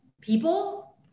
people